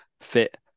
fit